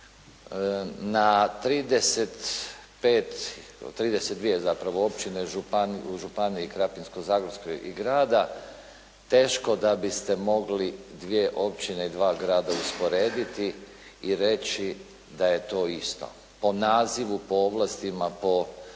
zapravo općine u županiji Krapinsko-zagorskoj i grada, teško da biste mogli dvije općine i dva grada usporediti i reći da je to isto, po nazivu, po ovlastima, po poslovima